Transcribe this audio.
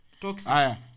Toxic